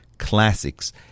Classics